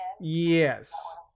Yes